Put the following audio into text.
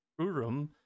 Urum